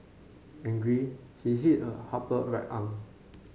angry he hit her upper right arm